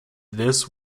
this